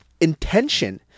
intention